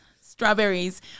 strawberries